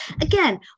again